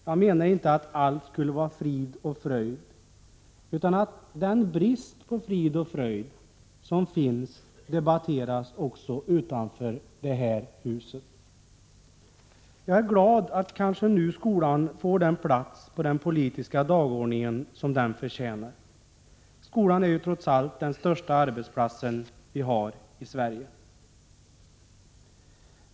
Jag menar inte att allt skulle vara frid och fröjd, utan att bristen på frid och fröjd debatteras också utanför detta hus. Jag är glad att skolan kanske nu får den plats på den politiska dagordningen som den förtjänar. Skolan är trots allt den största arbetsplatsen i Sverige.